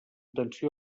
tensió